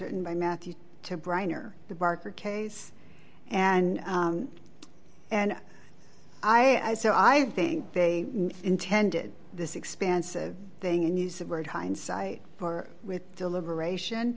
written by matthew to brian or the barker case and and i so i think they intended this expansive thing and use that word hindsight or with deliberation